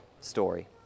story